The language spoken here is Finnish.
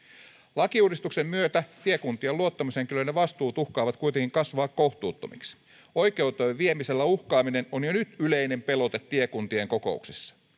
lakiuudistuksen myötä tiekuntien luottamushenkilöiden vastuut uhkaavat kuitenkin kasvaa kohtuuttomiksi oikeuteen viemisellä uhkaaminen on jo nyt yleinen pelote tiekuntien kokouksissa